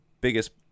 biggest